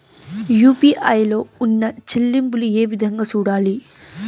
UPI లో ఉన్న చెల్లింపులు ఏ విధంగా సూడాలి